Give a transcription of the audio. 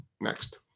Next